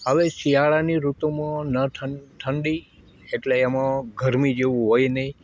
હવે શિયાળાની ઋતુમાં ન ઠંડ ઠંડી એટલે એમાં ગરમી જેવું હોય નહીં